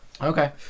Okay